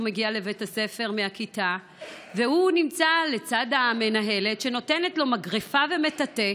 מגיע לבית הספר והוא נמצא לצד המנהלת שנותנת לו מגרפה ומטאטא.